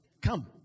come